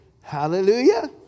Hallelujah